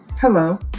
Hello